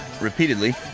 repeatedly